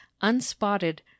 unspotted